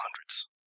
hundreds